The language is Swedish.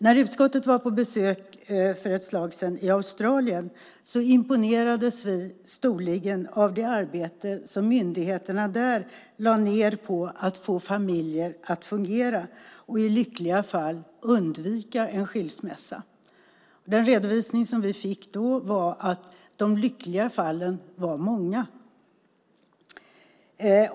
När utskottet var på besök i Australien för ett tag sedan imponerades vi storligen av det arbete som myndigheterna där lade ned på att få familjer att fungera och i lyckliga fall undvika en skilsmässa. Den redovisning som vi fick då var att de lyckliga fallen var många.